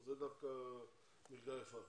זו דווקא מלגה יפה,